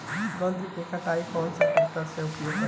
गन्ना के कटाई ला कौन सा ट्रैकटर के उपयोग करी?